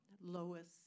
Lois